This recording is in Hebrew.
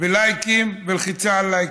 ולייקים ולחיצה על לייקים.